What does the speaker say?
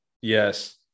Yes